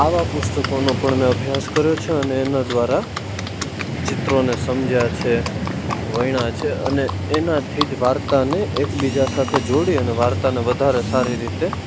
આવા પુસ્તકોનો પણ મેં અભ્યાસ કર્યો છે અને એમના દ્વારા ચિત્રોને સમજ્યાં છે વણ્યા છે અને એનાથી જ વાર્તાને એક બીજા સાથે જોડી અને વાર્તાને વધારે સારી રીતે